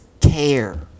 care